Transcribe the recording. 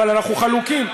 אבל אנחנו חלוקים,